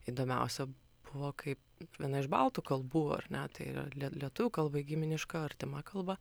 įdomiausia buvo kaip viena iš baltų kalbų ar ne tai yra lie lietuvių kalbai giminiška artima kalba